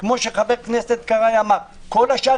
כמו שחבר הכנסת קרעי אמר - כל השאר